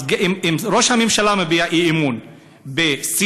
אז אם ראש הממשלה מביע אי-אמון בסיסי,